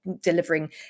delivering